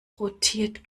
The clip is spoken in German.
rotiert